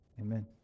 Amen